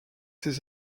ses